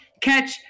catch